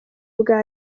bwa